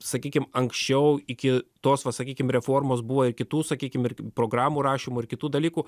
sakykim anksčiau iki tos va sakykim reformos buvo ir kitų sakykim ir programų rašymo ir kitų dalykų